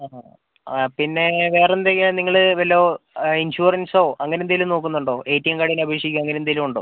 ആണോ ആ പിന്നെ വേറെന്തൊക്കെയാ നിങ്ങൾ വല്ല ഇൻഷുറൻസോ അങ്ങനെ എന്തേലും നോക്കുന്നുണ്ടോ എ ടി എം കാർഡിന് അപേക്ഷിക്കുകയോ അങ്ങനെ എന്തേലും ഉണ്ടോ